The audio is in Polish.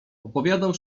opowiadał